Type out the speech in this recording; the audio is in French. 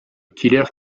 killer